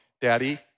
daddy